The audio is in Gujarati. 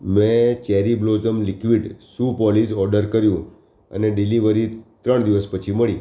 મેં cherry blossom liquid shoe polish order કર્યું અને ડિલિવરી ત્રણ દિવસ પછી મળી